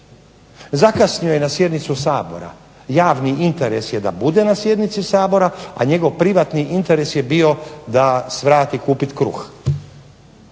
Zakasnio je na sjednicu Sabora, javni interes je da bude na sjednici Sabora, a njegov privatni interes je bio da svrati kupiti kruh.